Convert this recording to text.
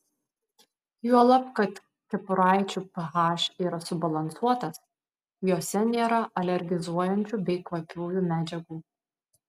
juolab kad kepuraičių ph yra subalansuotas jose nėra alergizuojančių bei kvapiųjų medžiagų